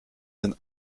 sind